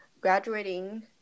graduating